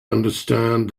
understand